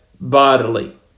bodily